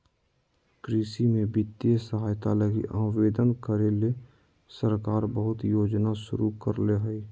कृषि में वित्तीय सहायता लगी आवेदन करे ले सरकार बहुत योजना शुरू करले हइ